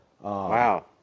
Wow